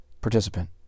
participant